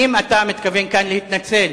האם אתה מתכוון כאן להתנצל